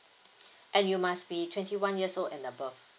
and you must be twenty one years old and above